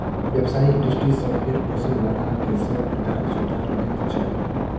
व्यवसायिक दृष्टि सॅ भेंड़ पोसयबला के सभ प्रकारक सुविधा रहैत छै